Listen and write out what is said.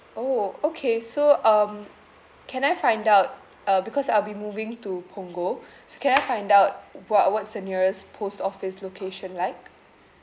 orh okay so um can I find out uh because I'll be moving to punggol so can I find out oo wha~ what's the nearest post office location like